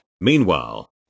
Meanwhile